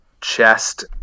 chest